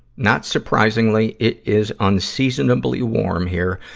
not surprisingly, it is unseasonably warm here,